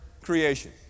creation